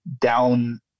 down